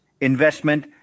investment